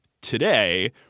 today